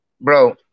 Bro